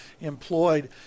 employed